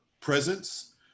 presence